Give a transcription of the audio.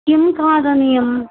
किं खादनीयं